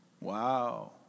Wow